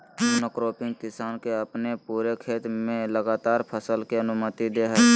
monocropping किसान के अपने पूरे खेत में लगातार फसल के अनुमति दे हइ